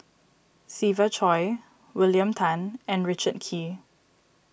Siva Choy William Tan and Richard Kee